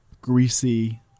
greasy